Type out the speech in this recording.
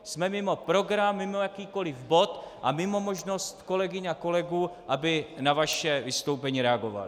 Jsme mimo program, mimo jakýkoliv bod a mimo možnost kolegyň a kolegů, aby na vaše vystoupení reagovali.